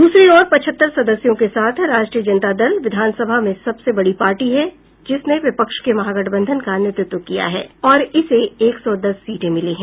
द्रसरी ओर पचहत्तर सदस्यों के साथ राष्ट्रीय जनता दल विधानसभा में सबसे बड़ी पार्टी है जिसने विपक्ष के महागठबंधन का नेतृत्व किया है और इसे एक सौ दस सीटें मिली हैं